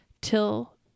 till